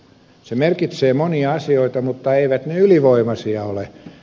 se merkitsee monia asioita mutta eivät ne ylivoimaisia ole